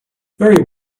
very